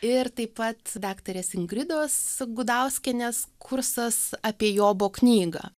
ir taip pat daktarės ingridos gudauskienės kursas apie jobo knygą